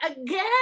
again